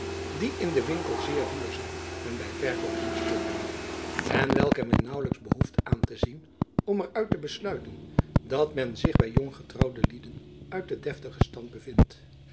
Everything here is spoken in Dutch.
die in den winkel zeer duur zijn en by verkoop niets opbrengen en welke men naauwlijks behoeft aan te zien om er uit te besluiten dat men zich by jonggetrouwde lieden uit den deftigen stand bevindt